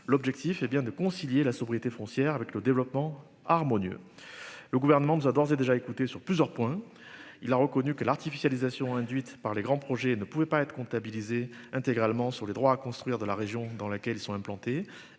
L'objectif est bien de concilier la sobriété frontière avec le développement harmonieux. Le gouvernement nous a d'ores et déjà écouté sur plusieurs points. Il a reconnu que l'artificialisation induite par les grands projets ne pouvait pas être comptabilisés intégralement sur les droits à construire de la région dans laquelle ils sont implantés.